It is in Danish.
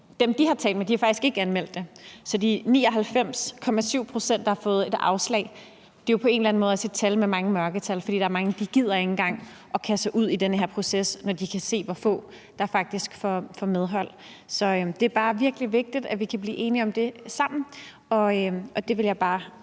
dem, de har talt med, faktisk ikke har anmeldt det. Så de 99,7 pct., der har fået et afslag, er jo på en eller anden måde også et tal, der dækker over et mørketal, fordi der er mange, der ikke engang gider kaste sig ud i den her proces, når de kan se, hvor få der faktisk får medhold. Så det er bare virkelig vigtigt, at vi kan blive enige om det sammen, og det vil jeg bare